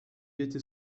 était